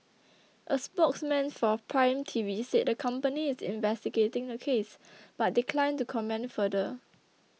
a spokesman for Prime Taxi said the company is investigating the case but declined to comment further